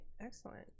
Excellent